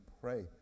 pray